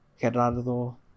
Gerardo